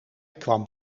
kwam